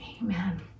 Amen